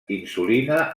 insulina